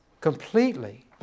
Completely